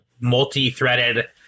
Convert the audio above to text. multi-threaded